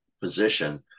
position